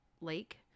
lake